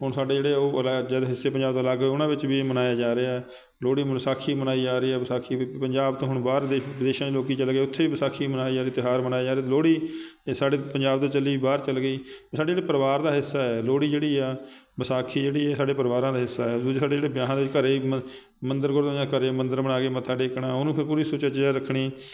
ਹੁਣ ਸਾਡੇ ਜਿਹੜੇ ਉਹ ਰੈ ਜਦ ਹਿੱਸੇ ਪੰਜਾਬ ਦਾ ਅਲੱਗ ਉਹਨਾਂ ਵਿੱਚ ਵੀ ਮਨਾਇਆ ਜਾ ਰਿਹਾ ਲੋਹੜੀ ਵਿਸਾਖੀ ਮਨਾਈ ਜਾ ਰਹੀ ਹੈ ਵਿਸਾਖੀ ਵੀ ਪੰਜਾਬ ਤੋਂ ਹੁਣ ਬਾਹਰ ਦੇ ਵਿਦੇਸ਼ਾਂ 'ਚ ਲੋਕ ਚਲੇ ਗਏ ਉੱਥੇ ਵੀ ਵਿਸਾਖੀ ਮਨਾਈ ਜਾਂਦੀ ਤਿਉਹਾਰ ਮਨਾਇਆ ਜਾ ਰਿਹਾ ਲੋਹੜੀ ਸਾਡੇ ਪੰਜਾਬ ਤੋਂ ਚੱਲੀ ਬਾਹਰ ਚੱਲ ਗਈ ਸਾਡੇ ਜਿਹੜੇ ਪਰਿਵਾਰ ਦਾ ਹਿੱਸਾ ਹੈ ਲੋਹੜੀ ਜਿਹੜੀ ਆ ਵਿਸਾਖੀ ਜਿਹੜੀ ਸਾਡੇ ਪਰਿਵਾਰਾਂ ਦਾ ਹਿੱਸਾ ਆ ਸਾਡੇ ਜਿਹੜੇ ਵਿਆਹਾਂ ਦੇ ਘਰ ਮ ਮੰਦਰ ਗੁਰਦੁਆਰਿਆਂ ਜਾਂ ਘਰ ਮੰਦਰ ਬਣਾ ਕੇ ਮੱਥਾ ਟੇਕਣਾ ਉਹਨੂੰ ਫਿਰ ਪੂਰੀ ਸੁਚੱਜਿਆ ਰੱਖਣੀ